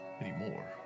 anymore